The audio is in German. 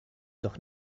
doch